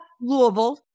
Louisville